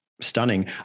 stunning